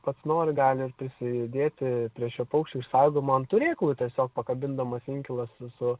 pats nori gali prisidėti prie šio paukščio išsaugojimo ant turėklų tiesiog pakabindamas inkilas su